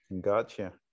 Gotcha